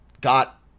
got